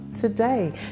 today